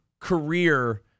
career